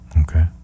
Okay